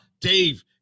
Dave